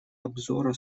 обзора